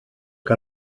que